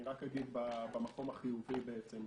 אני רק אגיד במקום החיובי בעצם,